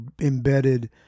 embedded